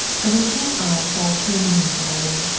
but her keen eyes saw a change in sara lee.